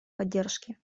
поддержки